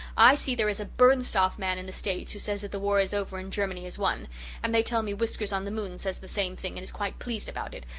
i see there is a bernstoff man in the states who says that the war is over and germany has won and they tell me whiskers-on-the-moon says the same thing and is quite pleased about it,